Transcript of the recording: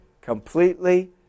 completely